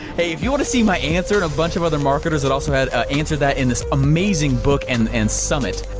hey if you want to see my answer a bunch of other marketers that also had to ah answer that in this amazing book and and summit.